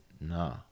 no